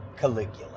Caligula